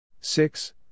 Six